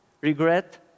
regret